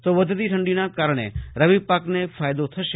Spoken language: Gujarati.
તો વધતી ઠંડીના કારણે રવીપાકને ફાયદો થશે